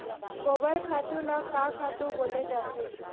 गोबर खातु ल का खातु बोले जाथे?